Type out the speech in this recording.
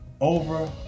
over